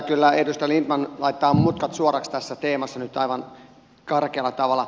kyllä edustaja lindtman laittaa mutkat suoraksi tässä teemassa nyt aivan karkealla tavalla